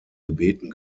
gebeten